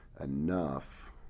enough